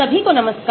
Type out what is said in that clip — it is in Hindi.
सभी को नमस्कार